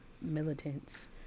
militants